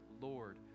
Lord